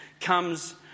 comes